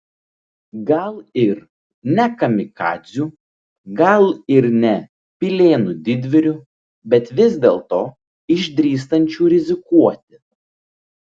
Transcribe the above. gal ir ne kamikadzių gal ir ne pilėnų didvyrių bet vis dėlto išdrįstančių rizikuoti